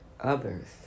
others